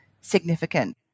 significant